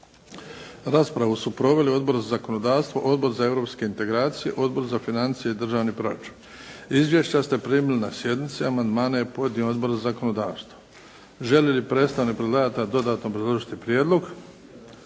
Raspravu su proveli Odbor za zakonodavstvo, Odbor za europske integracije, Odbor za financije i državni proračun. Izvješća ste primili na sjednici. Amandmane je podnio Odbor za zakonodavstvo. Želi li predstavnik predlagatelja dodatno obrazložiti prijedlog?